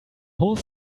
whole